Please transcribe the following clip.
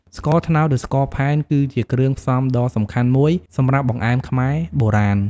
ស្ករត្នោត ឬ ស្ករផែនគឺជាគ្រឿងផ្សំដ៏សំខាន់មួយសម្រាប់បង្អែមខ្មែរបុរាណ។